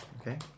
okay